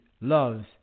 loves